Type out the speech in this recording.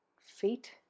feet